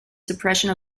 suppression